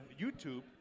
YouTube